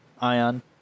ion